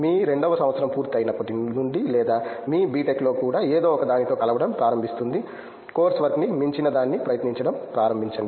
మీ రెండవ సంవత్సరం పూర్తి అయినప్పటి నుండి లేదా మీ B టెక్ లో కూడా ఏదో ఒకదానితో కలవడం ప్రారంభిస్తుంది కోర్సు వర్క్ కి మించినదాన్ని ప్రయత్నించడం ప్రారంభించండి